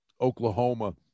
Oklahoma